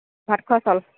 ভাত খোৱা চাউল